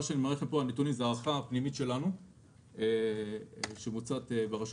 הנתונים שאני מראה כאן הם הערכה פנימית שמבוצעת ברשות.